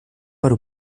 para